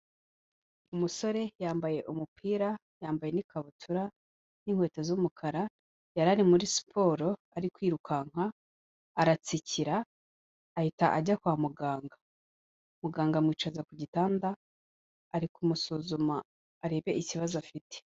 Umusore yambaye umupira, yambaye n'ikabutura n'inkweto z'umukara, yari ari muri siporo, ari kwirukanka aratsikira, ahita ajya kwa muganga. Muganga amwicaza ku gitanda, ari kumusuzuma, arebe ikibazo afite.